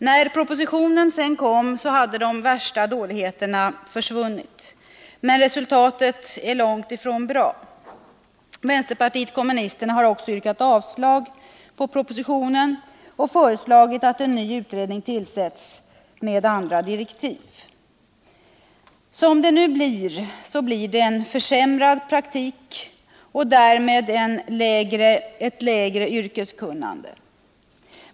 När propositionen sedan kom hade de värsta dåligheterna försvunnit, men resultatet är långt ifrån bra. Vänsterpartiet kommunisterna har också yrkat avslag på propositionen och föreslagit att en ny utredning tillsätts med andra direktiv. Med detta förslag blir det en försämrad praktik och därmed ett lägre yrkeskunnande.